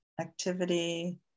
activity